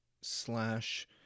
slash